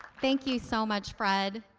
thank you so much, fred.